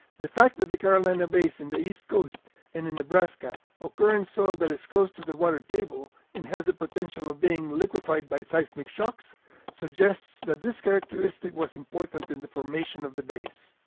the fact that the carolina bays in the east coast and in nebraska occur in soil that is close to the water table and has the potential of being liquefied by seismic shocks suggests that this characteristic was important in the formation of the bays.